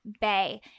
bay